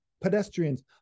Pedestrians